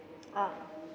ah